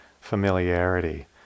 familiarity